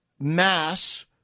mass